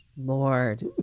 Lord